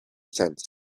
sense